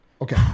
Okay